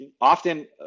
often